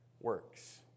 works